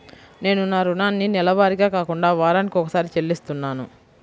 నేను నా రుణాన్ని నెలవారీగా కాకుండా వారానికోసారి చెల్లిస్తున్నాను